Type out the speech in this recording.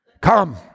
Come